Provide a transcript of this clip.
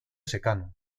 secano